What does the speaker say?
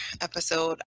episode